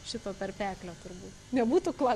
šito tarpeklio turbūt nebūtų kuo